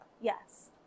Yes